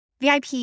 VIP